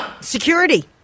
security